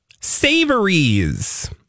savories